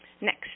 Next